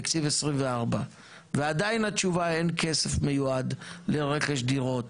תקציב 2024 ועדיין התשובה אין כסף מיועד לרכש דירות,